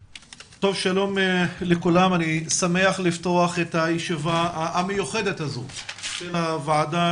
אני שמח לפתוח את הישיבה המיוחדת הזו של הוועדה